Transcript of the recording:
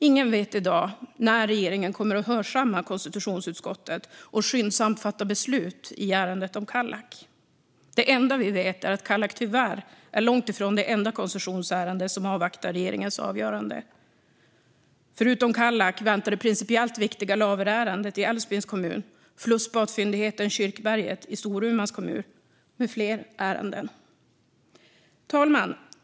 Ingen vet i dag när regeringen kommer att hörsamma konstitutionsutskottet och skyndsamt fatta beslut i ärendet om Kallak. Det enda vi vet är att Kallak tyvärr är långt ifrån det enda koncessionsärende som avvaktar regeringens avgörande. Förutom Kallak väntar det principiellt viktiga Laverärendet i Älvsbyns kommun, flusspatsfyndigheten Kyrkberget i Storumans kommun med flera ärenden. Fru talman!